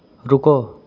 ਰੁਕੋ